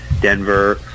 Denver